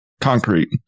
Concrete